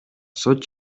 сот